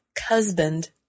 husband